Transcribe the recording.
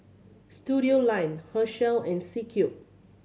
Studioline Herschel and C Cube